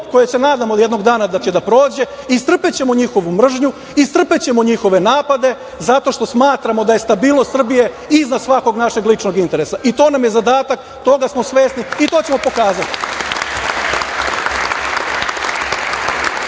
koje se nadamo jednog dana da će da prođe. Istrpećemo njihovu mržnju. Istrpećemo njihove napade zato što smatramo da je stabilnost Srbije iznad svakog našeg ličnog interesa i to nam je zadatak, toga smo svesni i to ćemo pokazati.